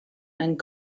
and